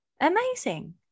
amazing